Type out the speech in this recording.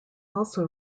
also